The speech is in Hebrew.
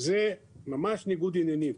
זה ממש ניגוד עניינים.